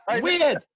Weird